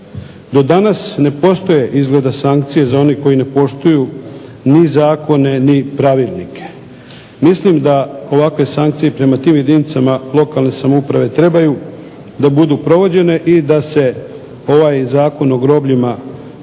Do danas ne postoje izgleda sankcije za one koji ne poštuju ni zakone ni pravilnike. Mislim da ovakve sankcije prema tim jedinicama lokalne samouprave trebaju da budu provođene i da se ovaj Zakon o grobljima i